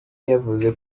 yavuze